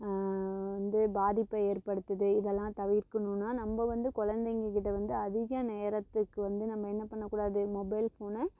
வந்து பாதிப்பை ஏற்படுத்துது இதெலாம் தவிர்க்கணும்னா நம்ம வந்து குழந்தைங்ககிட்ட வந்து அதிக நேரத்துக்கு வந்து நம்ம என்ன பண்ணக்கூடாது மொபைல் ஃபோனை